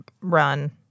run